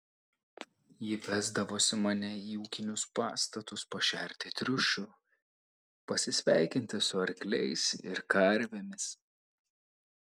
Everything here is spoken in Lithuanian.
ji vesdavosi mane į ūkinius pastatus pašerti triušių pasisveikinti su arkliais ir karvėmis